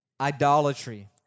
idolatry